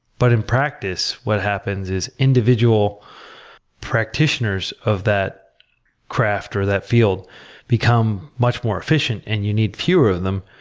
but in practice what happens is individual practitioners of that craft or that field become much more efficient and you need fewer of them.